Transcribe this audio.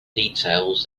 details